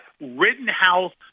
Rittenhouse